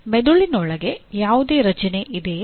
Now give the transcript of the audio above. ಮೆದುಳಿನೊಳಗೆ ಯಾವುದೇ ರಚನೆ ಇದೆಯೇ